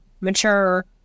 mature